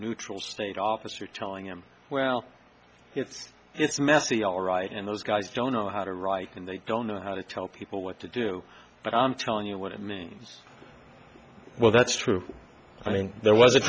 neutral state officer telling him well it's messy all right and those guys don't know how to write and they don't know how to tell people what to do but i'm telling you what it means well that's true i mean there was a